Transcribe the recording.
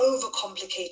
overcomplicated